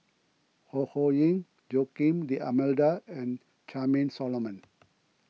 Ho Ho Ying Joaquim D'Almeida and Charmaine Solomon